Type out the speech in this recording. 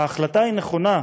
ההחלטה היא נכונה,